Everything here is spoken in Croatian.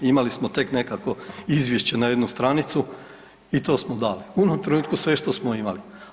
Imali smo tek nekakvo izvješće na jednu stranicu i to smo dali u onom trenutku sve što smo imali.